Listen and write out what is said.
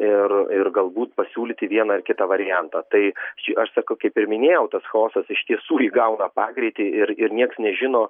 ir ir galbūt pasiūlyti vieną ar kitą variantą tai aš sak kaip ir minėjau tas chaosas iš tiesų įgauna pagreitį ir ir nieks nežino